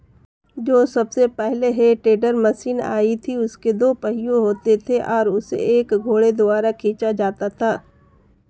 जो सबसे पहले हे टेडर मशीन आई थी उसके दो पहिये होते थे और उसे एक घोड़े द्वारा खीचा जाता था